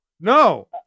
No